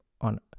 on